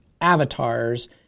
avatars